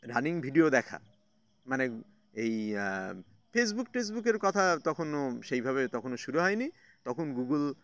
running video দেখা মানে এই ফেসবুক টেসবুকের কথা তখনও সেইভাবে তখনও শুরু হয় নি তখন গুগল